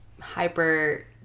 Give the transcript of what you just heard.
hyper